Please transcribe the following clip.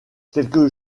quelques